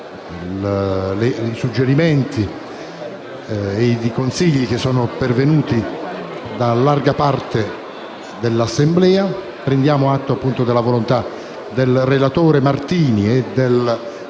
i suggerimenti ed i consigli pervenuti da larga parte dell'Assemblea; prendiamo atto della volontà del relatore Martini e del